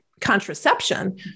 contraception